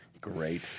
great